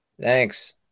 thanks